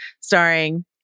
starring